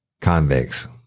convicts